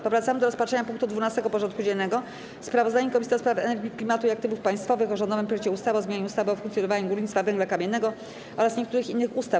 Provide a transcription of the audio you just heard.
Powracamy do rozpatrzenia punktu 12. porządku dziennego: Sprawozdanie Komisji do Spraw Energii, Klimatu i Aktywów Państwowych o rządowym projekcie ustawy o zmianie ustawy o funkcjonowaniu górnictwa węgla kamiennego oraz niektórych innych ustaw.